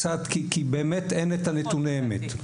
כי באמת אין נתוני אמת.